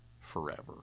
forever